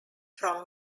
from